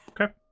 Okay